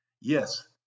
Yes